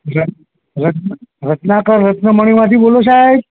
રત રત્ના રત્નાકર રત્નમણીમાંથી બોલો સાહેબ